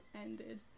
ended